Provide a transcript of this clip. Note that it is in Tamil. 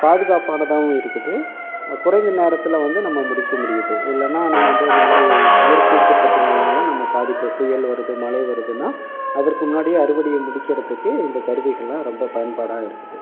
பாதுகாப்பானதாகவும் இருக்குது குறைந்த நேரத்தில் வந்து நம்ம முடிக்க முடியுது இல்லைன்னா நம்ம வந்து இந்த மாதிரி இயற்கை சீற்றத்திகள்னால் நம்ம பாதிப்பு புயல் வருவது மழை வருதுன்னால் அதற்கு முன்னாடியே அறுவடையை முடிக்கிறதுக்கு இந்த கருவிகளெலாம் ரொம்ப பயன்பாடாக இருக்குது